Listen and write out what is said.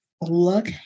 look